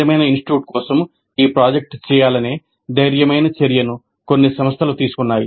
నిజమైన ఇన్స్టిట్యూట్ కోసం ఈ ప్రాజెక్ట్ చేయాలనే ధైర్యమైన చర్యను కొన్ని సంస్థలు తీసుకున్నాయి